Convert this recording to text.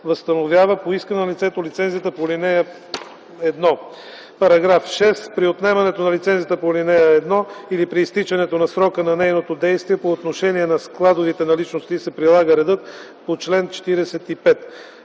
възстановява по искане на лицето лицензията по ал. 1. (6) При отнемането на лицензията по ал. 1 или при изтичането на срока на нейното действие по отношение на складовите наличности се прилага редът по чл. 45.